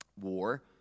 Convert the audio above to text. War